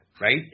right